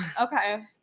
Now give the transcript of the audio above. Okay